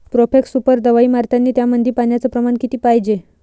Profex Super दवाई मारतानी त्यामंदी पान्याचं प्रमाण किती पायजे?